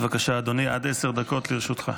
בבקשה אדוני, עד עשר דקות לרשותך.